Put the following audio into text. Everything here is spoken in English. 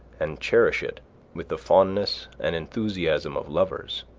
and cherish it with the fondness and enthusiasm of lovers